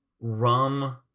rum